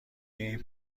این